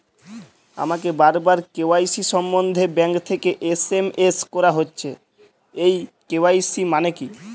আমাকে বারবার কে.ওয়াই.সি সম্বন্ধে ব্যাংক থেকে এস.এম.এস করা হচ্ছে এই কে.ওয়াই.সি মানে কী?